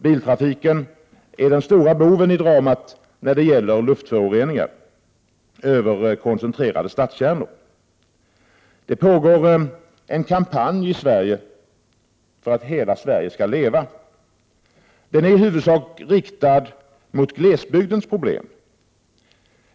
Biltrafiken är den stora boven i dramat när det gäller luftföroreningar över koncentrerade stadskärnor. Det pågår en kampanj i Sverige för att hela Sverige skall leva. Den är i huvudsak riktad mot glesbygdens problem.